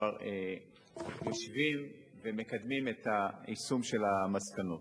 כבר יושבת ומקדמת את היישום של המסקנות.